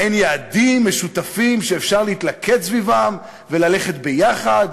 אין יעדים משותפים שאפשר להתלכד סביבם וללכת ביחד,